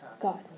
God